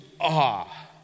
awe